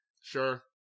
sure